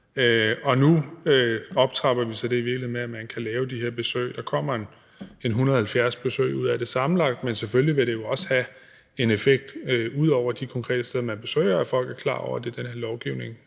Nu optrapper vi det så i virkeligheden med, at man kan lave de her besøg. Der kommer en 170 besøg ud af det sammenlagt, men selvfølgelig vil det jo også have en effekt ud over de konkrete steder, man besøger, i forhold til at folk er klar over, at det er den her lovgivning,